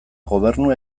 gobernu